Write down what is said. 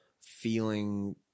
feeling